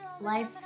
life